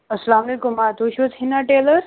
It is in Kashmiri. السلام علیکُم آ تُہۍ چھُو حظ ہِنا ٹیلَر